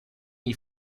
gli